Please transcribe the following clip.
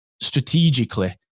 strategically